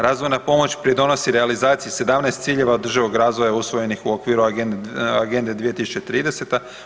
Razvojna pomoć pridonosi realizaciji 17 ciljeva održivog razvoja usvojenih u okviru Agende 2030.